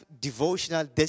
devotional